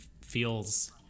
feels